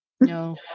No